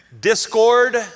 Discord